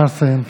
נא לסיים.